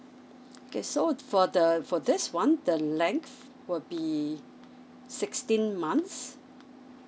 okay so for the for this one the length will be sixteen months